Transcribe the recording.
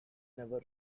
never